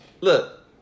Look